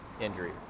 injury